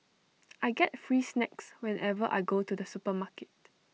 I get free snacks whenever I go to the supermarket